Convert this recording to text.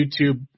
youtube